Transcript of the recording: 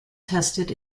tested